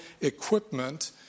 equipment